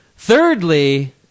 Thirdly